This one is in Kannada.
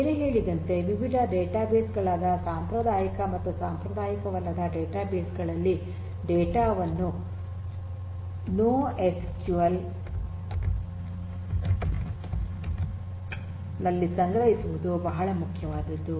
ಮೊದಲೇ ಹೇಳಿದಂತೆ ವಿವಿಧ ಡೇಟಾಬೇಸ್ ಗಳಾದ ಸಾಂಪ್ರದಾಯಿಕ ಮತ್ತು ಸಾಂಪ್ರದಾಯಿಕವಲ್ಲದ ಡೇಟಾಬೇಸ್ ಗಳಲ್ಲಿ ಡೇಟಾ ವನ್ನು ನೋಎಸ್ಕ್ಯೂಎಲ್ ನಲ್ಲಿ ಸಂಗ್ರಹಿಸುವುದು ಬಹಳ ಮುಖ್ಯವಾದದ್ದು